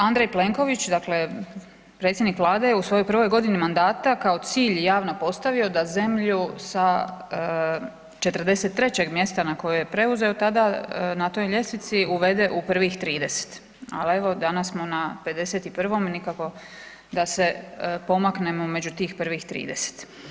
Andrej Plenković dakle predsjednik Vlade je u svojoj prvoj godini mandata kao cilj javno postavio da zemlju sa 43 mjesta na kojoj je preuzeo tada na toj ljestvici uvede u prvih 30, ali evo danas smo na 51 nikako da se pomaknemo među tih prvih 30.